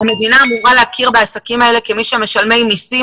המדינה אמורה להכיר בעסקים האלה כמשלמי מסים.